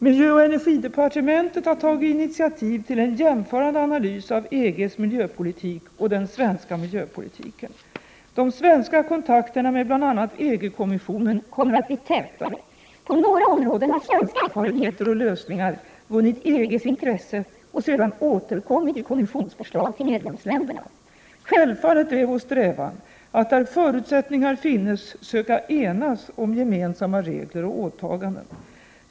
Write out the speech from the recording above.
Miljöoch energidepartementet har tagit initiativ till en jämförande analys av EG:s miljöpolitik och den svenska miljöpolitiken. De svenska kontakterna med bl.a. EG-kommissionen kommer att bli tätare. På några områden har svenska erfarenheter och lösningar vunnit EG:s intresse och sedan återkommit i Kommissionsförslag till medlemsländerna. Självfallet är vår strävan att där förutsättningar finns söka enas om gemensamma regler och åtaganden.